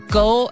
go